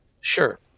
sure